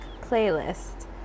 playlist